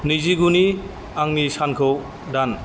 नैजिगुनि आंनि सानखौ दान